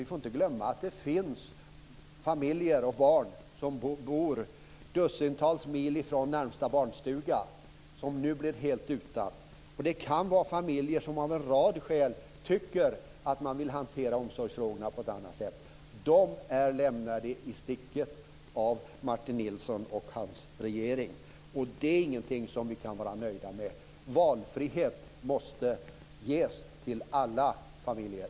Vi får ju inte glömma att det finns familjer och barn som bor dussintals mil från närmaste barnstuga och som nu blev helt utan. Det kan också vara familjer som av en rad skäl tycker att de vill hantera omsorgsfrågorna på ett annat sätt. De är lämnade i sticket av Martin Nilsson och hans regering, och det är ingenting som vi kan vara nöjda med. Valfrihet måste ges till alla familjer.